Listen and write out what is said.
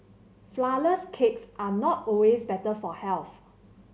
flourless cakes are not always better for health